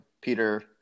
Peter